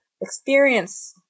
experience